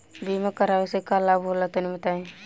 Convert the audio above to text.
बीमा करावे से का लाभ होला तनि बताई?